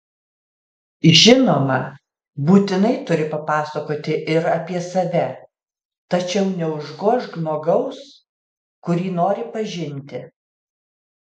žinoma būtinai turi papasakoti ir apie save tačiau neužgožk žmogaus kurį nori pažinti